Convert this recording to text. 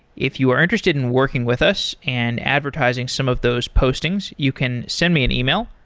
if you are interested in working with us and advertising some of those postings, you can send me an email,